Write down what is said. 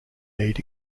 need